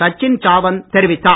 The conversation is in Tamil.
சச்சின் சாவந்த் தெரிவித்தார்